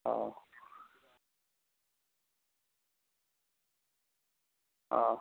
ആ ആ